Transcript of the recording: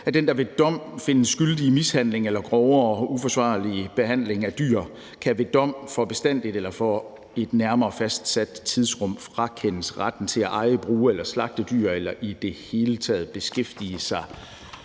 »Den, der ved dom findes skyldig i mishandling eller grovere uforsvarlig behandling af dyr, kan ved dommen for bestandig eller for et nærmere fastsat tidsrum frakendes retten til at eje, bruge, passe eller slagte dyr eller i det hele beskæftige sig